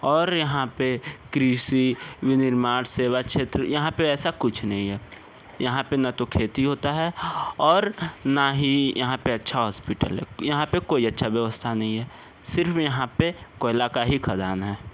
और यहाँ पर कृषि विनिर्माण सेवा क्षेत्र यहाँ पर ऐसा कुछ नहीं है यहाँ पर ना तो खेती होता है और ना ही यहाँ पर अच्छा हॉस्पिटल है यहाँ पर कोई अच्छा व्यवस्था नहीं है सिर्फ़ यहाँ पर कोयला का ही खदान है